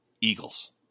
Eagles